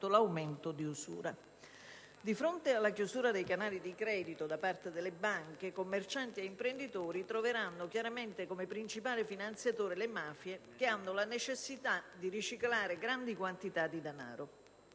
soprattutto, di usura. Di fronte alla chiusura dei canali di credito da parte delle banche, commercianti e imprenditori troveranno chiaramente come principale finanziatore le mafie, che hanno la necessità di riciclare grandi quantità di denaro.